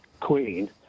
Queen